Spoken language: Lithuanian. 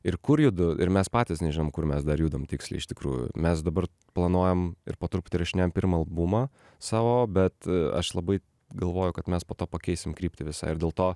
ir kur judu ir mes patys nežinom kur mes dar judam tiksliai iš tikrųjų mes dabar planuojam ir po truputį įrašinėjam pirmą albumą savo bet aš labai galvoju kad mes po to pakeisim kryptį visą ir dėl to